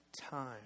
time